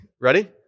Ready